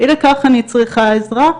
אי לכך, אני צריכה עזרה,